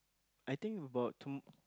I think about tom~